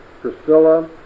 Priscilla